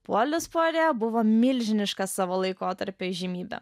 polis puare buvo milžiniška savo laikotarpio įžymybė